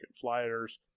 flyers